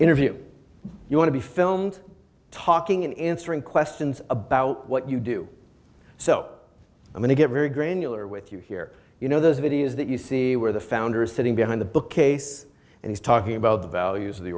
interview you want to be filmed talking in answering questions about what you do so i'm going to get very granular with you here you know those videos that you see where the founder is sitting behind the bookcase and he's talking about the values of the